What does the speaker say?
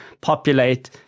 populate